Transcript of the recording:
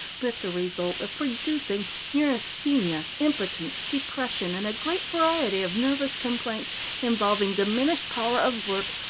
with the result of producing neurasthenia, impotence, depression, and a great variety of nervous complaints involving diminished power of work,